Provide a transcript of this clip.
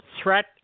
threat